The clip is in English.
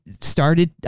started